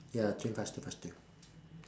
ya train faster faster